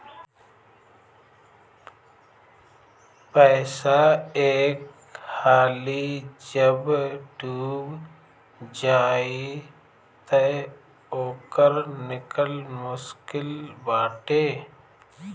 पईसा एक हाली जब डूब जाई तअ ओकर निकल मुश्लिक बाटे